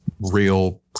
real